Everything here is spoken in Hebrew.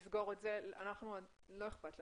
אם תוכלי לסגור את זה אתם, לנו לא אכפת.